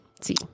see